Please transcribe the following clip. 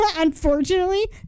Unfortunately